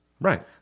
Right